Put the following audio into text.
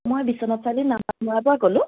মই বিশ্বনাথ চাৰিআালি বামগাঁৱৰ পৰা ক'লোঁ